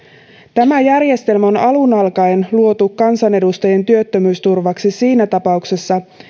tämä järjestelmä on alun alkaen luotu kansanedustajien työttömyysturvaksi siinä tapauksessa